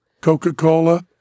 Coca-Cola